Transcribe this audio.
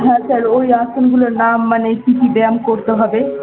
হ্যাঁ স্যার ওই আসনগুলোর নাম মানে কী কী ব্যায়াম করতে হবে